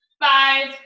five